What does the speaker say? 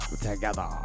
Together